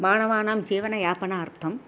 माणवानां जीवनयापणार्थं